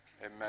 Amen